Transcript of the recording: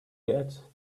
get